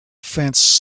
fence